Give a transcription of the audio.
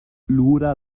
lura